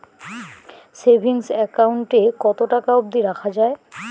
Savings account এ কতো টাকা অব্দি রাখা যায়?